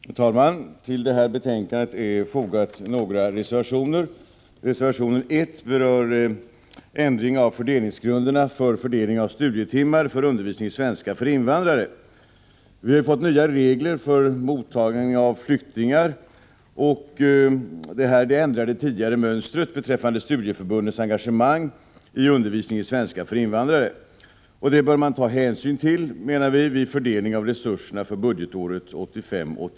Herr talman! Till detta betänkande har fogats några reservationer. Reservation 1 berör ändring av grunderna för fördelning av studietimmar för undervisning i svenska för invandrare. Vi har fått nya regler för mottagning av flyktingar, och det ändrar det tidigare mönstret beträffande studieförbundens engagemang i undervisningen i svenska för invandrare. Det bör man, anser vi, ta hänsyn till vid fördelning av resurserna för budgetåret 1985/86.